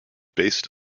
based